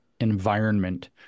environment